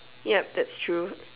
yup that's true